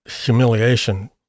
humiliation